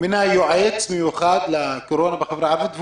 מינה יועץ מיוחד לקורונה בחברה הערבית,